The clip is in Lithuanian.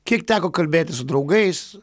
kiek teko kalbėti su draugais